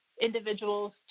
individuals